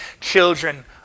children